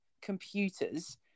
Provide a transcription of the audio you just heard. computers